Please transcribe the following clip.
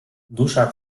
dusza